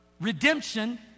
redemption